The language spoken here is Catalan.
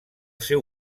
seu